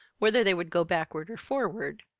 whether they would go backward or forward,